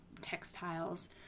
textiles